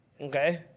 okay